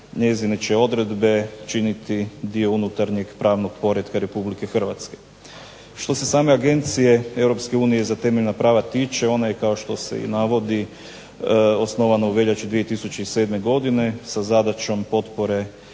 njezine će odredbe činiti dio unutarnjeg pravnog poretka Republike Hrvatske. Što se same agencije Europske unije za temeljna prava tiče ona je kao što se i navodi osnovana u veljači 2007. godine sa zadaćom potpore